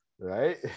Right